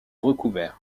recouvert